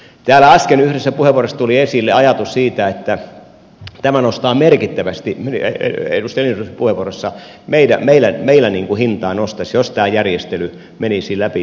täällä äsken yhdessä puheenvuorossa edustaja lindströmin puheenvuorossa tuli esille ajatus siitä että tämä merkittävästi meillä hintaa nostaisi jos tämä järjestely menisi läpi